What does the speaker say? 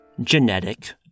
genetic